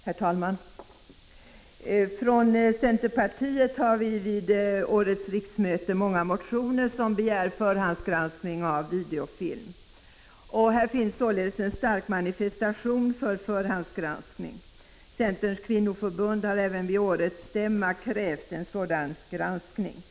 Herr talman! Från centerpartiet har vi vid årets riksmöte väckt många motioner där vi begär förhandsgranskning av videofilm. Här finns således en stark manifestation för förhandsgranskning. Centerns kvinnoförbund har även vid årets stämma krävt en sådan granskning. Prot.